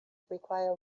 require